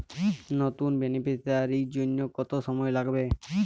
নতুন বেনিফিসিয়ারি জন্য কত সময় লাগবে?